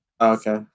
Okay